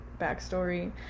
backstory